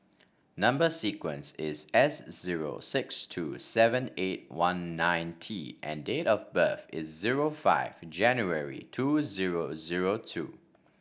number sequence is S zero six two seven eight one nine T and date of birth is zero five January two zero zero two